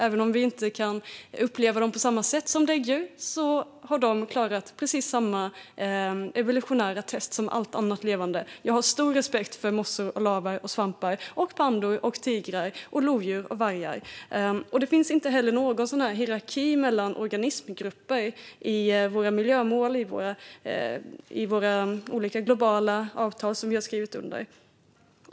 Även om vi inte kan uppleva dem på samma sätt som däggdjur har de klarat precis samma evolutionära test som allt annat levande. Jag har stor respekt för mossor, lavar, svampar, pandor, tigrar, lodjur och vargar. Det finns inte heller någon hierarki när det gäller organismgrupper i våra miljömål och i våra olika globala avtal som vi har skrivit under.